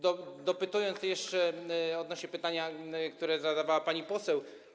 Dopytam jeszcze odnośnie do pytania, które zadawała pani poseł.